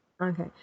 Okay